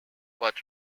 but